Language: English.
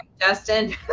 Justin